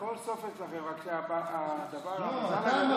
להעניק סל של ביטחון כלכלי למשפחות בזמן הקורונה,